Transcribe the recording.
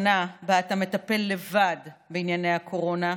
עברה כמעט שנה שבה אתה מטפל לבד בענייני הקורונה,